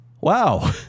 Wow